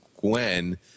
Gwen